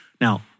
Now